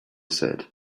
said